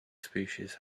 species